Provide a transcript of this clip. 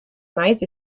nice